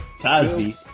Cosby